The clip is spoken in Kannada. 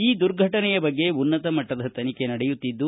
ಈ ದುರ್ಘಟನೆಯ ಬಗ್ಗೆ ಉನ್ನತ ಮಟ್ಟದ ತನಿಖೆ ನಡೆಯುತ್ತಿದ್ದು